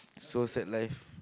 so sad life